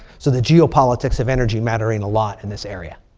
so the geopolitics of energy mattering a lot in this area.